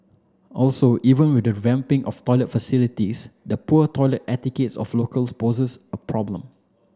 also even with the of toilet facilities the poor toilet etiquette of locals poses a problem